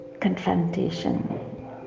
confrontation